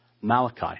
Malachi